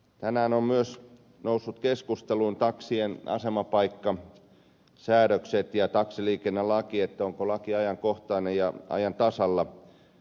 tänään on myös noussut keskusteluun taksien asemapaikkasäädökset ja taksiliikennelaki onko laki ajankohtainen ja ajan tasalla